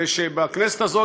ושבכנסת הזאת,